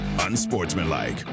Unsportsmanlike